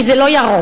כי זה לא ירוק,